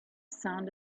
sound